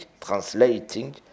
translating